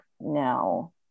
now